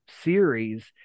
series